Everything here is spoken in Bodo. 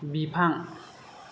बिफां